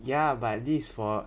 ya but this for